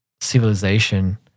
civilization